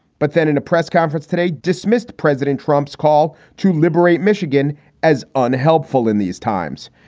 but then in a press conference today, dismissed president trump's call to liberate michigan as unhelpful in these times.